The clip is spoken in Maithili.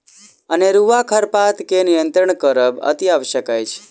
अनेरूआ खरपात के नियंत्रण करब अतिआवश्यक अछि